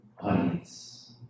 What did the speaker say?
audience